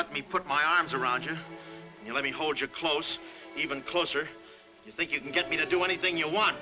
let me put my arms around you you let me hold you close even closer you think you can get me to do anything you want